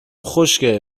خشکه